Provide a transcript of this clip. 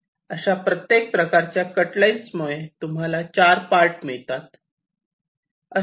अशा प्रकारच्या cut lines मुळे तुम्हाला चार पार्ट मिळतात